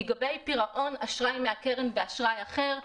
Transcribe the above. לגבי פירעון אשראי מהקרן באשראי אחר,